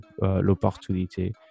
l'opportunité